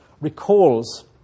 recalls